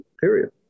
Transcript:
period